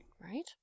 Right